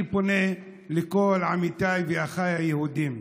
אני פונה לכל עמיתיי ואחיי היהודים: